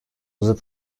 zıt